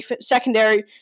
secondary